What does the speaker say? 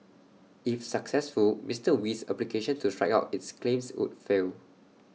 if successful Mister Wee's application to strike out its claims would fail